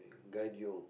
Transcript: guide you